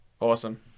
awesome